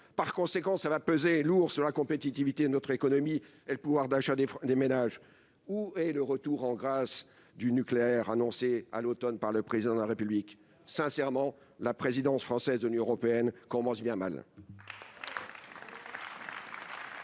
transitoire ? Cela pèsera lourdement sur la compétitivité de notre économie et le pouvoir d'achat des ménages. Où est le retour en grâce du nucléaire annoncé à l'automne par le Président de la République ? La présidence française du Conseil de l'Union européenne commence bien mal